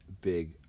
big